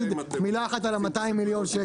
מילה אחת על ה-200 מיליון שקל.